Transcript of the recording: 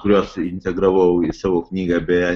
kuriuos integravau į savo knygą beje